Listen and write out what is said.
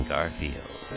Garfield